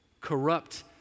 Corrupt